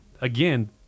again